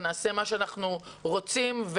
ונעשה מה שאנחנו רוצים.